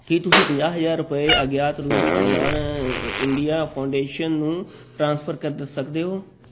ਕੀ ਤੁਸੀਂਂ ਪੰਜਾਹ ਹਜ਼ਾਰ ਰੁਪਏ ਅਗਿਆਤ ਰੂਪ ਵਿੱਚ ਉਡਾਣ ਇੰਡੀਆ ਫਾਊਂਡੇਸ਼ਨ ਨੂੰ ਟ੍ਰਾਂਸਫਰ ਕਰ ਸਕਦੇ ਹੋ